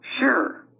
Sure